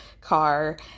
car